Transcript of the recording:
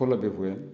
ଫୁଲ ବି ହୁଏ